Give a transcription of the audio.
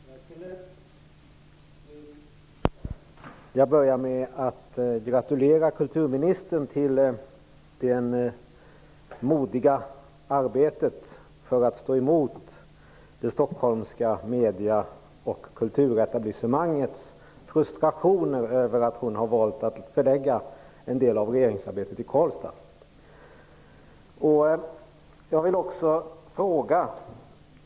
Herr talman! Jag skulle vilja börja med att gratulera kulturministern till det modiga arbetet för att kunna stå emot de stockholmska medie och kulturetablissemangens frustrationer över att hon har valt att förlägga en del av regeringsarbetet till Karlstad.